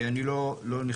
אני לא נכנס.